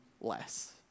less